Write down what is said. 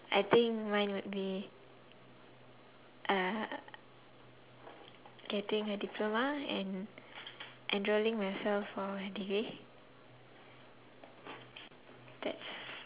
I think mine would be uh getting a diploma and enrolling myself for debate that's